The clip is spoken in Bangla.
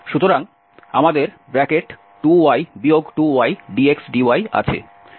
সুতরাং আমাদের 2y 2ydxdy আছে এবং এটি বাতিল হয়ে যাচ্ছে